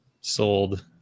sold